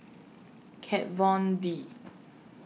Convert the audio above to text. Kat Von D